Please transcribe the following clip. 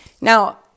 Now